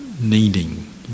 needing